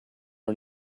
are